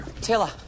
Taylor